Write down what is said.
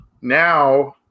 now